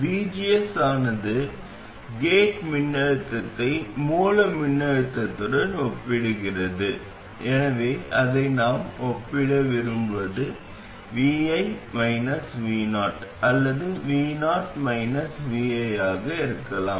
vgs ஆனது gate மின்னழுத்தத்தை மூல மின்னழுத்தத்துடன் ஒப்பிடுகிறது எனவே அதை நாம் ஒப்பிட விரும்புவது vi vo அல்லது vo vi ஆக இருக்கலாம்